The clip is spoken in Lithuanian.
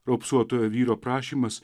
raupsuotojo vyro prašymas